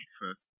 first